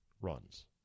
runs